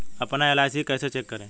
अपना एल.आई.सी कैसे चेक करें?